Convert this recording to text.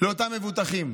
לאותם מבוטחים,